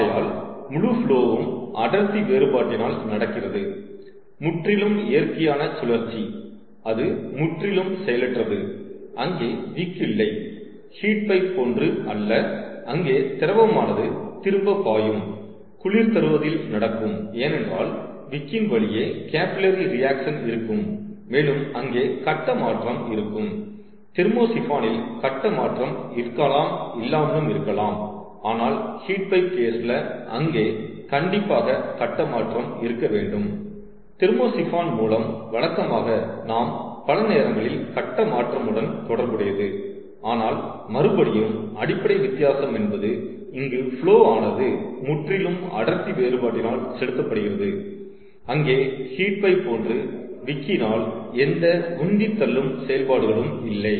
ஆகையால் முழு ஃபுலோவும் அடர்த்தி வேறுபாட்டினால் நடக்கிறது முற்றிலும் இயற்கையான சுழற்சி அது முற்றிலும் செயலற்றது அங்கே விக் இல்லை ஹீட் பைப் போன்று அல்ல அங்கே திரவமானது திரும்ப பாயும் குளிர் தருவதில் நடக்கும் ஏனென்றால் விக்கின் வழியே கேபில்லரி ரியாக்சன் இருக்கும் மேலும் அங்கே கட்ட மாற்றம் இருக்கும் தெர்மோசிஃபான் இல் கட்ட மாற்றம் இருக்கலாம் இல்லாமலும் இருக்கலாம் ஆனால் ஹீட் பைப் கேஸ்ல அங்கே கண்டிப்பாக கட்ட மாற்றம் இருக்க வேண்டும் தெர்மோசிஃபான் மூலம் வழக்கமாக நாம் பல நேரங்களில் கட்ட மாற்றம் உடன் தொடர்புடையது ஆனால் மறுபடியும் அடிப்படை வித்தியாசம் என்பது இங்கு ஃபுலோ ஆனது முற்றிலும் அடர்த்தி வேறுபாட்டினால் செலுத்தப்படுகிறது மேலும் அங்கே ஹீட் பைப் போன்று விக்கினால் எந்த உந்தித் தள்ளும் செயல்பாடுகளும் இல்லை